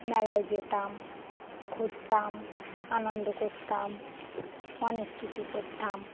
মেলায় যেতাম ঘুরতাম আনন্দ করতাম অনেক কিছু করতাম